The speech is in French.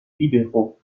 libéraux